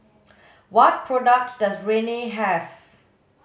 what products does Rene have